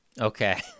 okay